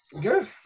Good